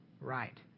right